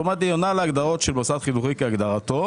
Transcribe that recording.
היא עונה על ההגדרות של מוסד חינוכי כהגדרתו.